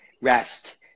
rest